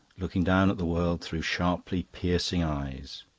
looking down at the world through sharply piercing eyes.